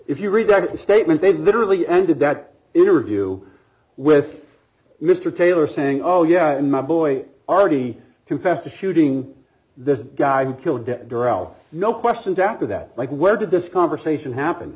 if you read back the statement they literally ended that interview with mr taylor saying oh yeah and my boy already confessed to shooting the guy who killed dead girl no questions after that like where did this conversation happen